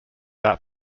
out